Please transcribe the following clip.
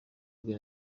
rwe